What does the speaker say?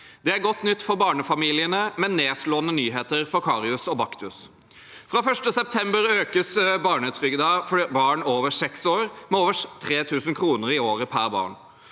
Det er godt nytt for barnefamiliene, men nedslående nyheter for Karius og Baktus. Fra 1. september økes barnetrygden for barn over seks år, med over 3 000 kr i året per barn.